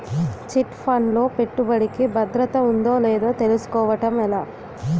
Chit fund లో పెట్టుబడికి భద్రత ఉందో లేదో తెలుసుకోవటం ఎలా?